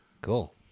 Cool